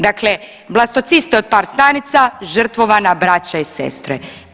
Dakle, blastociste od par stanica, žrtvovana braća i sestre.